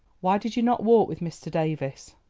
why did you not walk with mr. davies?